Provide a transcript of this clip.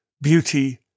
beauty